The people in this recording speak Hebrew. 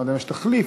אם יש תחליף,